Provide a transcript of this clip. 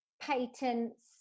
patents